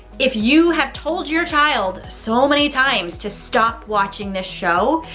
if you have told your child so many times to stop watching this show,